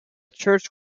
church